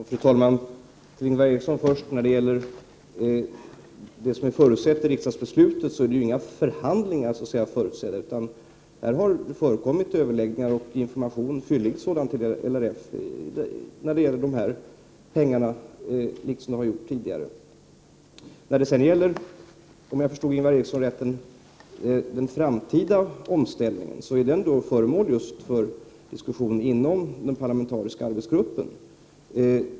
Fru talman! Först till Ingvar Eriksson. Det förutsattes inga förhandlingar i riksdagsbeslutet. Här har förekommit överläggningar med och fyllig information till LRF om användningen av pengarna precis som tidigare. Den framtida omställningen, Ingvar Eriksson, är föremål för diskussion inom den parlamentariska arbetsgruppen.